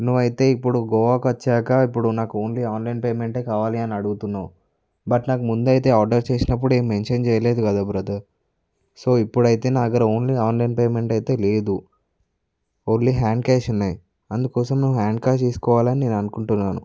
నువ్వయితే ఇప్పుడు గోవాకి వచ్చాక ఇప్పుడు నాకు ఓన్లీ ఆన్లైన్ పేమెంటే కావాలి అని అడుగుతున్నావు బట్ నాకు ముందయితే ఆర్డర్ చేసినప్పుడే మెన్షన్ చేయలేదు కదా బ్రదర్ సో ఇప్పుడయితే నా దగ్గర ఓన్లీ ఆన్లైన్ పేమెంటయితే లేదు ఓన్లీ హ్యాండ్ క్యాష్ ఉన్నాయి అందుకోసం నువ్వు హ్యాండ్ క్యాష్ తీసుకోవాలని నేననుకుంటున్నాను